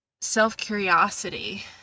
self-curiosity